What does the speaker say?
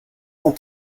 cent